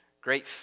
great